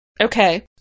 Okay